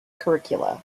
curricula